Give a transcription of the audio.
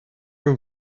room